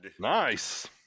Nice